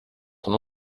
von